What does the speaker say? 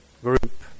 group